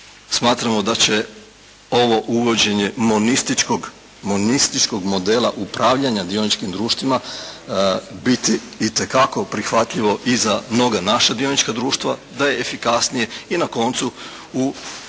Smatramo da će ovo uvođenje monističkog modela upravljanja dioničkim društvima biti itekako prihvatljivo i za mnoga naša dionička društva, da je efikasnije i na koncu u razvijenim